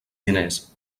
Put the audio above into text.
diners